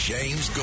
James